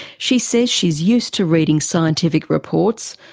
she says she's used to reading scientific reports,